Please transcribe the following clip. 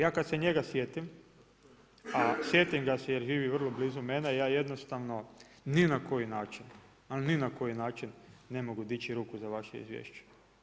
Ja kad se njega sjetim a sjetim ga se jer živi vrlo blizu mene, ja jednostavno ni na koji način ali ni na koji način ne mogu diči ruku za vaše izvješće.